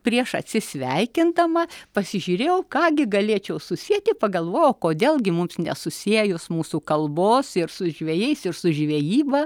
prieš atsisveikindama pasižiūrėjau ką gi galėčiau susieti pagalvojau kodėl gi mums nesusiejus mūsų kalbos ir su žvejais ir su žvejyba